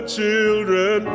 children